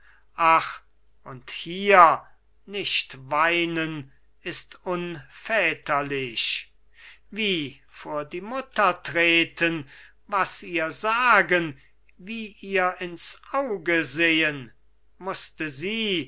ach und hier nicht weinen ist unväterlich wie vor die mutter treten was ihr sagen wie ihr ins auge sehen mußte sie